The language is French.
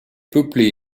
peuplé